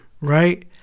right